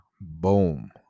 boom